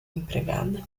empregada